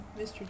mr